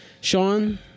Sean